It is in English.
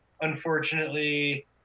unfortunately